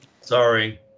sorry